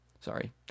Sorry